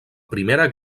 primera